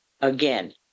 Again